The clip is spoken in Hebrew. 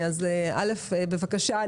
בבקשה,